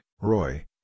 Roy